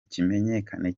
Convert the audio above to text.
kimenyane